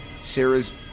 Sarah's